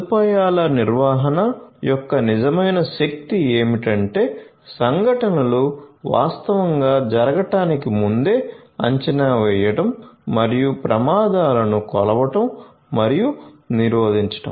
సదుపాయాల నిర్వహణ యొక్క నిజమైన శక్తి ఏమిటంటే సంఘటనలు వాస్తవంగా జరగడానికి ముందే అంచనా వేయడం మరియు ప్రమాదాలను కొలవడం మరియు నిరోధించడం